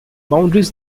boundaries